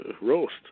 roast